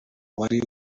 wari